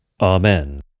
Amen